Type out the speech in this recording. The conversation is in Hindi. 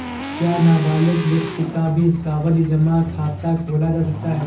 क्या नाबालिग व्यक्ति का भी सावधि जमा खाता खोला जा सकता है?